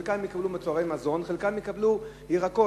חלקן יקבלו מוצרי מזון וחלקן יקבלו ירקות.